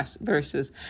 versus